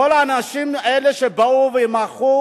כל האנשים האלה שבאו ומחו,